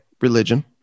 Religion